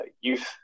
youth